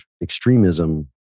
extremism